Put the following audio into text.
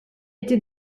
été